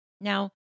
Now